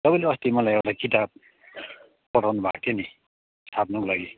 तपाईँले अस्ति मलाई एउटा किताब पठाउनुभएको थियो नि छाप्नुको लागि